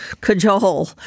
cajole